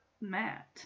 Matt